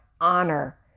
honor